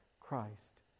Christ